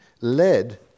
led